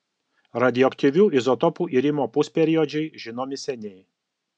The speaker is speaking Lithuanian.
radioaktyvių izotopų irimo pusperiodžiai žinomi seniai